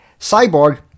Cyborg